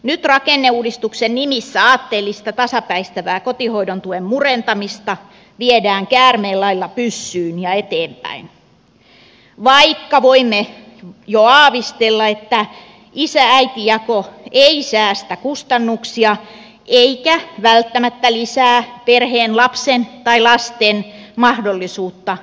nyt rakenneuudistuksen nimissä aatteellista tasapäistävää kotihoidon tuen murentamista viedään käärmeen lailla pyssyyn ja eteenpäin vaikka voimme jo aavistella että isääiti jako ei säästä kustannuksia eikä välttämättä lisää perheen lapsen tai lasten mahdollisuutta kotonaoloon